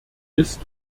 ist